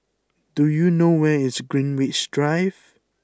do you know where is Greenwich Drive